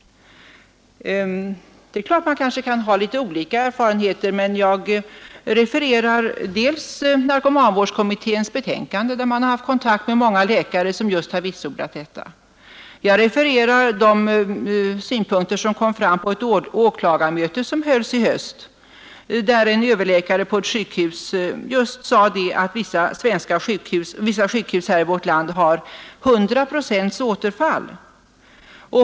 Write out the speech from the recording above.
Man kanske kan ha litet olika erfarenheter, men jag refererar dels narkomanvårdskommitténs betänkande, och kommittén har kontakt med många läkare som just har vitsordat detta, dels de synpunkter som kom fram på ett åklagarmöte som hölls under hösten, där en överläkare på ett sjukhus sade att vissa sjukhus i vårt land har 100 procents återfall.